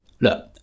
look